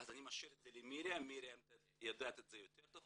אני אשאיר את זה למרים שיודעת את זה טוב יותר.